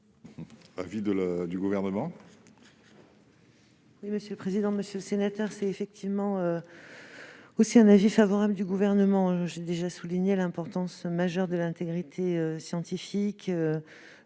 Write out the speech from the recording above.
l'avis du Gouvernement ?